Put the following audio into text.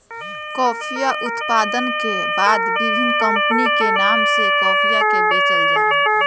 कॉफीया उत्पादन के बाद विभिन्न कमपनी के नाम से कॉफीया के बेचल जाहई